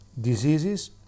diseases